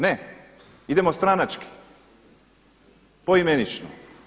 Ne, idemo stranački poimenično.